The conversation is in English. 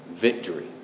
victory